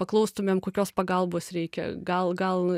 paklaustumėm kokios pagalbos reikia gal gal